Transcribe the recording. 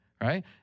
right